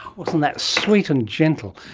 wasn't that sweet and gentle!